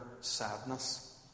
sadness